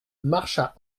marcha